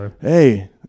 Hey